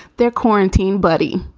their quarantine. buddy,